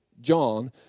John